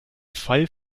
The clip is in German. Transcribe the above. fall